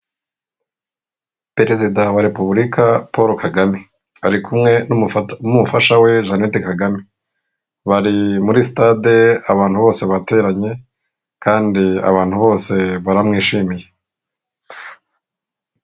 Perezida wa repubulika Paul Kagame ari kumwe n'umufasha we Jeannette Kagame. Bari muri sitade abantu bose bateranye kandi abantu bose baramwishimiye.